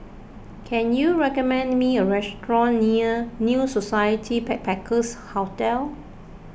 can you recommend me a restaurant near New Society Backpackers' Hotel